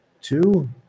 two